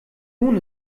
nun